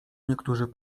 niektórzy